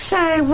Say